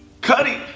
Cuddy